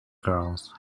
girls